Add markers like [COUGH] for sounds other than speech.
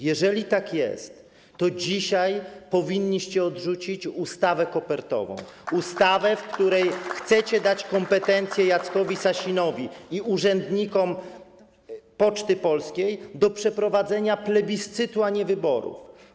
Jeżeli tak jest, to dzisiaj powinniście odrzucić ustawę kopertową, [APPLAUSE] ustawę, w której chcecie dać kompetencje Jackowi Sasinowi i urzędnikom Poczty Polskiej do przeprowadzenia plebiscytu, a nie wyborów.